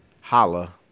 Holla